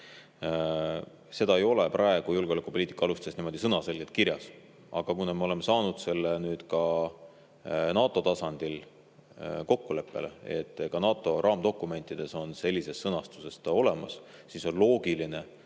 Seda ei ole praegu julgeolekupoliitika alustes niimoodi sõnaselgelt kirjas, aga kuna me oleme saanud nüüd ka NATO tasandil kokkuleppele, et NATO raamdokumentides on see sellises sõnastuses olemas, siis on loogiline,